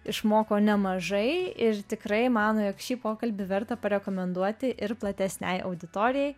išmoko nemažai ir tikrai mano jog šį pokalbį verta parekomenduoti ir platesnei auditorijai